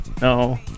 no